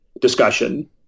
discussion